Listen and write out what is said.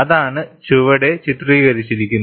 അതാണ് ചുവടെ ചിത്രീകരിച്ചിരിക്കുന്നത്